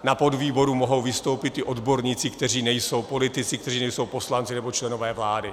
Na podvýboru mohou vystoupit i odborníci, kteří nejsou politici, kteří nejsou poslanci nebo členové vlády.